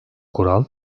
kural